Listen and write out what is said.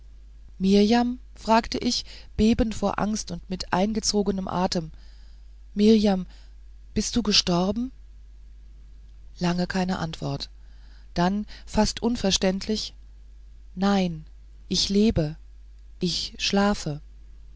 ganz mirjam fragte ich bebend vor angst und mit eingezogenem atem mirjam bist du gestorben lange keine antwort dann fast unverständlich nein ich lebe ich schlafe